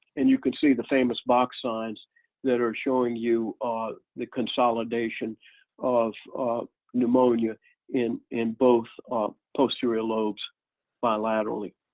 and you can see the famous box signs that are showing you are the consolidation of pneumonia in in both posterior lobes bilaterally.